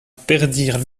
perdirent